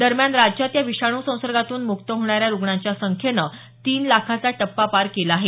दरम्यान राज्यात या विषाणू संसर्गातून मुक्त होणाऱ्या रुग्णांच्या संख्येनं तीन लाखाचा टप्पा पार केला आहे